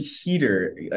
heater